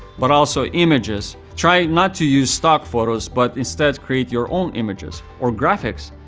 but also images. try not to use stock photos but instead, create your own images or graphics.